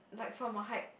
like from a height